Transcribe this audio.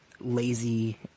lazy